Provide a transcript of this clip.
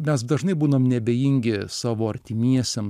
mes dažnai būnam neabejingi savo artimiesiem